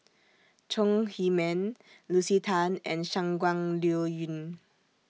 Chong Heman Lucy Tan and Shangguan Liuyun